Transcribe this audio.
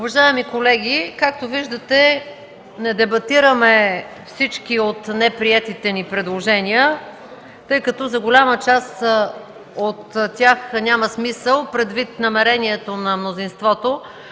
Уважаеми колеги, както виждате, не дебатираме всички от неприетите ни предложения, тъй като за голяма част от тях няма смисъл, предвид намерението на мнозинството